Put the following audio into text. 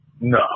No